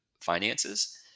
finances